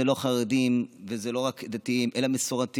זה לא חרדים וזה לא רק דתיים אלא מסורתיים,